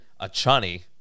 Achani